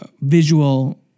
visual